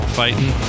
fighting